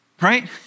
right